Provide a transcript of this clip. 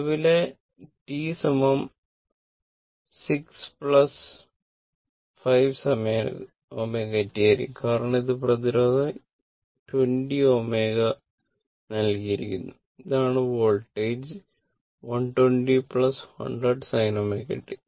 നിലവിലെ t r 6 5 sin ω t ആയിരിക്കും കാരണം ഈ പ്രതിരോധം 20 ΩR നൽകിയിരിക്കുന്നു ഇതാണ് വോൾട്ടേജ് 120 100 sin ωT